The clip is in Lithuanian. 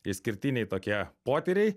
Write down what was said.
išskirtiniai tokie potyriai